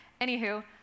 anywho